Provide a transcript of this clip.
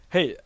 Hey